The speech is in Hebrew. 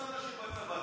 יש עוד אנשים בצבא,